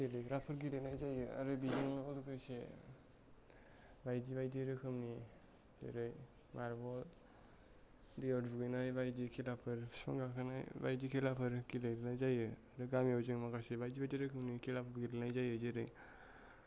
गेलेग्राफोर गेलेनाय जायो आरो बेजों लोगोसे बायदि बायदि रोखोमनि जेरै मारब'ल दैयाव दुगैनाय बायदि खेलाफोर बिफां गाखोनाय बायदि खेलाफोर गेलेनाय जायो आरो गामियाव जों बायदि बायदि रोखोमनि खेलाफोर गेलेनाय जायो जेरै